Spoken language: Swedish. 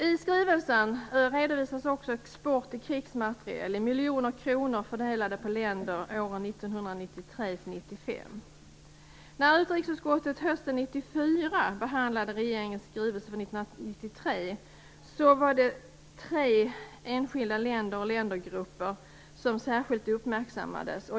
I skrivelsen redovisas också export av krigsmateriel i miljoner kronor fördelade på länder under åren 1993-1995. När utrikesutskottet hösten 1994 behandlade regeringens skrivelse för 1993 var det tre enskilda länder och ländergrupper som särskilt uppmärksammades.